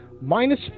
minus